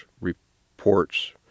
reports